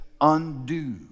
undo